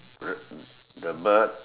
the the bird